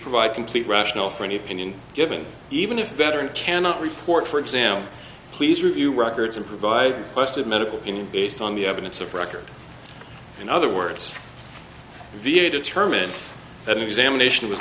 provide complete rational for any opinion given even if better and cannot report for example please review records and provide quested medical opinion based on the evidence of record in other words v a determined that examination was